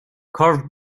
carved